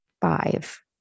Five